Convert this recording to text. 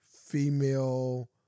female